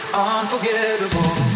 unforgettable